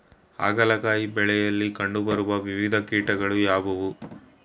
ಹಾಗಲಕಾಯಿ ಬೆಳೆಯಲ್ಲಿ ಕಂಡು ಬರುವ ವಿವಿಧ ಕೀಟಗಳು ಯಾವುವು?